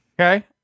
Okay